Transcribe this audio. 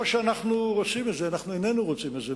לא שאנחנו רוצים את זה, אנחנו איננו רוצים את זה.